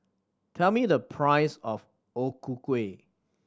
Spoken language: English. tell me the price of O Ku Kueh